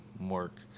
work